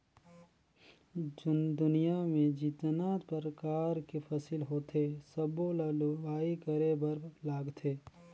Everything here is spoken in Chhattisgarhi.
दुनियां में जेतना परकार के फसिल होथे सबो ल लूवाई करे बर लागथे